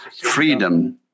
freedom